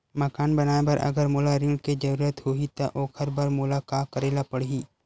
मकान बनाये बर अगर मोला ऋण के जरूरत होही त ओखर बर मोला का करे ल पड़हि?